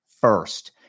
first